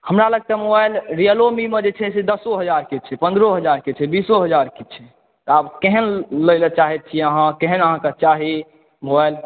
हमरा लग तऽ मोबाइल रियलो मीमे जे छै से दशो हजारके छै पंद्रहो हजार के छै बीसो हजार के छै आब केहन लै लए चाहै छियै हँ केहन अहाँके चाही मोबाइल